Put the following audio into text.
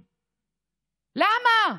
למה?